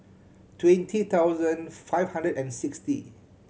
twenty thousand five hundred and sixty